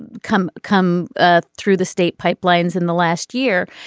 and come come ah through the state pipelines in the last year.